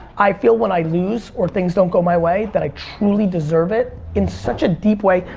i feel when i lose or things don't go my way that i truly deserve it in such a deep way.